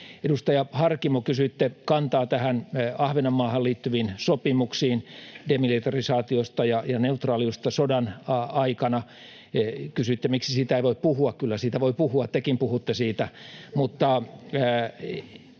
Edustaja Harkimo, kysyitte kantaa Ahvenanmaahan liittyviin sopimuksiin, demilitarisaatiosta ja neutraaliudesta sodan aikana. Kysyitte, miksi siitä ei voi puhua. Kyllä siitä voi puhua — tekin puhuitte siitä.